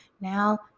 Now